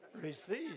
receive